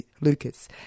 Lucas